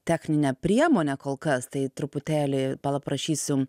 technine priemone kol kas tai truputėlį palprašysiu